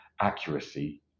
accuracy